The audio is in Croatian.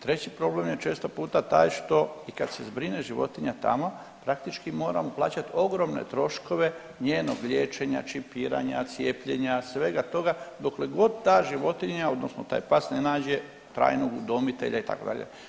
Treći problem je često puta taj i kad se zbrine životinja tamo praktički moramo plaćati ogromne troškove njenog liječenja, čipiranja, cijepljenja svega toga dokle god ta životinja odnosno taj pas ne nađe trajnog udomitelja itd.